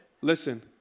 Listen